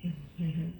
mm mm